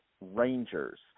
Rangers